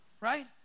right